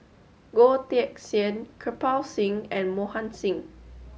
Goh Teck Sian Kirpal Singh and Mohan Singh